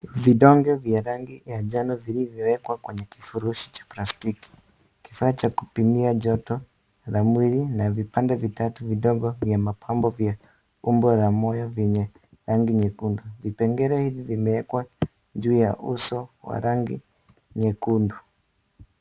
Vidonge vya rangi ya njano vilivyowekwa kwenye kifurushi cha plastiki. Kifaa cha kupima joto la mwili na vipande vitatu vidogo, vya mapambo vya umbo la moyo yenye rangi nyekundu. Vipengele hivi, vimewekwa juu ya uso wa rangi nyekundu.